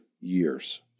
years